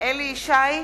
אליהו ישי,